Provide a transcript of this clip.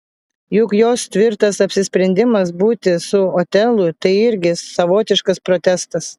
juk jos tvirtas apsisprendimas būti su otelu tai irgi savotiškas protestas